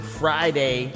friday